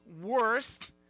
worst